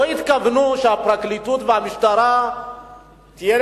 לא התכוונו שלפרקליטות ולמשטרה יהיה